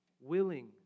Willing